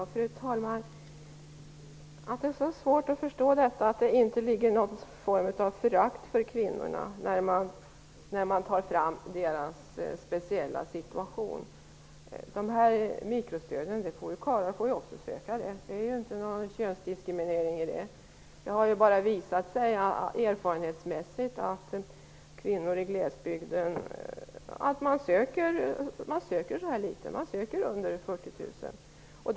Fru talman! Att det skall vara så svårt att förstå att det inte är fråga om något förakt för kvinnorna när man belyser deras speciella situation. Karlar får också söka mikrostöd. Där finns inte någon könsdiskriminering. Men det har visat sig erfarenhetsmässigt att kvinnor i glesbygden söker så små summor, under 40 000 kr.